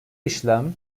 işlem